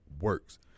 works